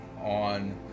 On